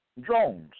drones